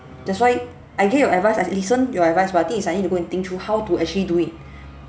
that's why I give you advice I listen your advice but the thing is I need to go and think through how to actually do it